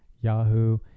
Yahoo